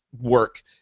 work